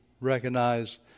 recognize